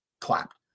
clapped